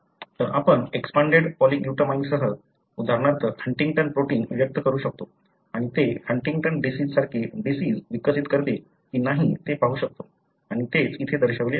तर आपण एक्सपांडेड पॉलीग्लुटामाइनसह उदाहरणार्थ हंटिंग्टन प्रोटीन व्यक्त करू शकतो आणि ते हंटिंग्टन डिसिज सारखे डिसिज विकसित करते की नाही हे पाहू शकतो आणि तेच येथे दर्शविले आहे